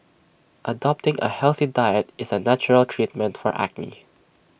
adopting A healthy diet is A natural treatment for acne